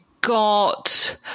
got –